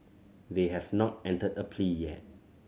they have not entered a plea yet